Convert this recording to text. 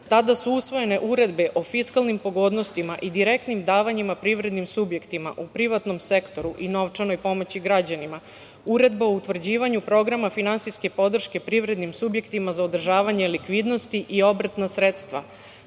Srbije. Usvojene su uredbe o fiskalnim pogodnostima i direktnim davanjima privrednim subjektima u privatnom sektoru i novčanoj pomoći građanima, Uredba o utvrđivanju programa finansijske podrške privrednim subjektima za održavanje likvidnosti i obrtna sredstva,